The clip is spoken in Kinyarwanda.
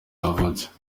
yavutse